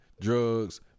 drugs